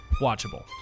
watchable